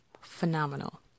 phenomenal